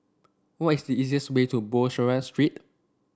what is the easiest way to Bussorah Street